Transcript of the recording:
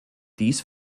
dies